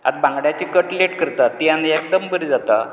आतां बांगड्यांची कटलेट करताथ ती आनी एकदम बरी जाता